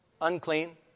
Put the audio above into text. unclean